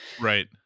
Right